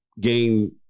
gain